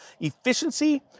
efficiency